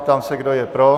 Ptám se, kdo je pro.